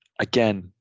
again